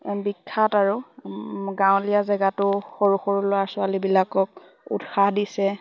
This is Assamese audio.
বিখ্যাত আৰু গাঁৱলীয়া জেগাটো সৰু সৰু ল'ৰা ছোৱালীবিলাকক উৎসাহ দিছে